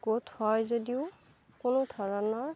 গোট হয় যদিও কোনো ধৰণৰ